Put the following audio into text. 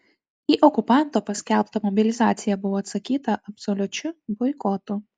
į okupanto paskelbtą mobilizaciją buvo atsakyta absoliučiu boikotu